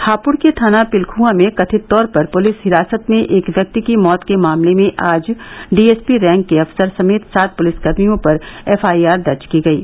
हापुड़ के थाना पिलखुआ में कथित तौर पर पुलिस हिरासत में एक व्यक्ति की मौत के मामले में आज डी एस पी रैंक के अफसर समेत सात पुलिसकर्मियों पर एफ आई आर दर्ज की गयी